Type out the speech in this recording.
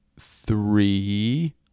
three